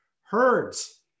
herds